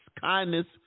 kindness